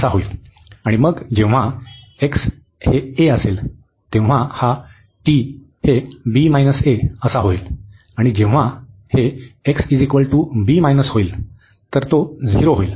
आणि मग जेव्हा x हे a असेल तेव्हा हा t हे होईल आणि जेव्हा हे होईल तर ते झिरो होईल